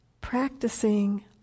practicing